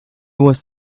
was